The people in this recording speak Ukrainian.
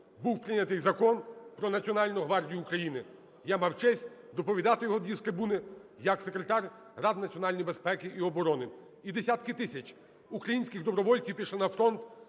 був прийняти Закон "Про Національну гвардію України". Я мав честь доповідати його тоді з трибуни як Секретар Ради національної безпеки і оборони. І десятки тисяч українських добровольців пішли на фронт